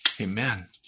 Amen